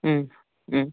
മ് മ്